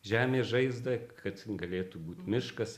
žemės žaizdą kad galėtų būt miškas